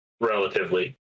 relatively